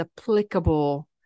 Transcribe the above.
applicable